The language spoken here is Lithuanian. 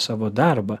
savo darbą